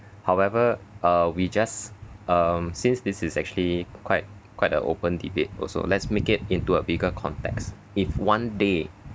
however uh we just um since this is actually quite quite a open debate also let's make it into a bigger context if one day